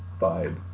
vibe